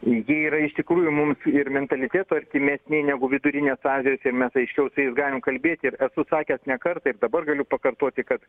jie yra iš tikrųjų mums ir mentalitetu artimesni negu vidurinės azijos ir mes aiškiau tai galim kalbėti ir esu sakęs ne kartą ir dabar galiu pakartoti kad